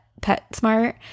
PetSmart